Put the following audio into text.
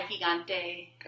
Gigante